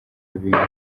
bintu